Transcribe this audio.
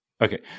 Okay